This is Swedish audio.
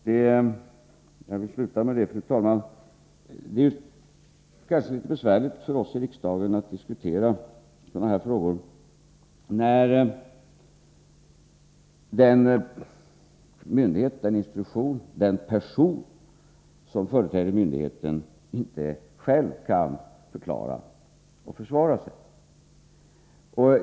Jag vill, fru talman, sluta med att säga att det kanske är litet besvärligt för oss att diskutera detta här i riksdagen, när den person som företräder myndigheten inte själv kan förklara och försvara sig.